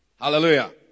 Hallelujah